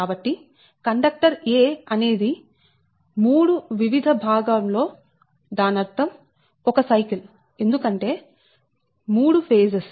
కాబట్టి conductor a అనేది 3 వివిధ విభాగం లో దానర్థం 1 సైకిల్ ఎందుకంటే 3 ఫేజెస్